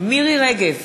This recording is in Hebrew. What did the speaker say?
מירי רגב,